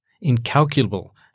incalculable